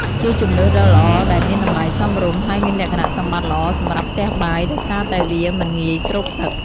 ជាជម្រើសដ៏ល្អដែលមានតម្លៃសមរម្យ ហើយមានលក្ខណៈសម្បត្តិល្អសម្រាប់ផ្ទះបាយ ដោយសារតែវាមិនងាយស្រូបទឹក។